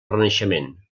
renaixement